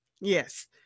Yes